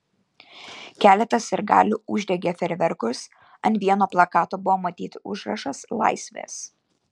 keletas sirgalių uždegė fejerverkus ant vieno plakato buvo matyti užrašas laisvės